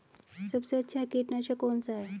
सबसे अच्छा कीटनाशक कौन सा है?